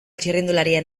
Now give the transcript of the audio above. txirrindularien